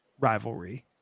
rivalry